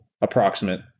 approximate